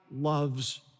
loves